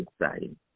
exciting